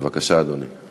בבקשה, אדוני.